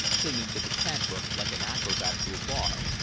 clinging to the cant-hook like an acrobat to a bar,